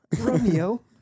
Romeo